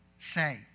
say